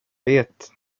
vet